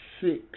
six